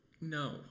No